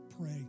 pray